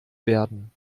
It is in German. werden